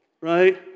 right